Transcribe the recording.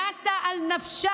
נסה על נפשה,